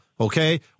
okay